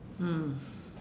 mm